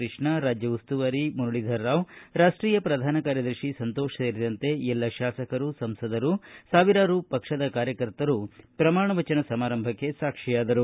ಕೃಷ್ಣ ರಾಜ್ಯ ಉಸ್ತುವಾರಿ ಮುರುಳೀಧರ್ ರಾವ್ ರಾಷ್ಟೀಯ ಪ್ರಧಾನ ಕಾರ್ಯದರ್ಶಿ ಸಂತೋಷ್ ಸೇರಿದಂತೆ ಎಲ್ಲ ಶಾಸಕರು ಸಂಸದರು ಸಾವಿರಾರು ಪಕ್ಷದ ಕಾರ್ಯಕರ್ತರು ಪ್ರಮಾಣ ವಚನ ಸಮಾರಂಭಕ್ಷೆ ಸಾಕ್ಷಿಯಾದರು